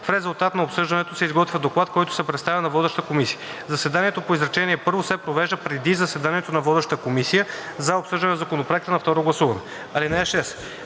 В резултат на обсъждането се изготвя доклад, който се представя на водещата комисия. Заседанието по изречение първо се провежда преди заседанието на водещата комисия за обсъждане на законопроекта на второ гласуване.